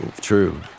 True